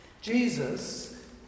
Jesus